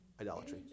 Idolatry